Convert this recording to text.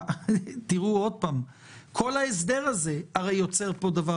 כל ההסדר הזה הרי יוצר פה דבר